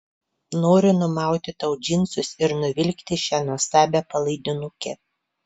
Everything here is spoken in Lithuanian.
noriu numauti tau džinsus ir nuvilkti šią nuostabią palaidinukę